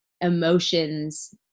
emotions